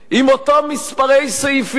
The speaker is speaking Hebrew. עם אותם מספרי סעיפים.